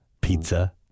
Pizza